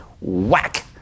Whack